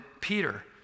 Peter